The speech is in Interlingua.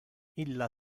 illa